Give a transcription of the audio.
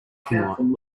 parking